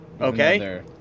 Okay